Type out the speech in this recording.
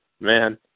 man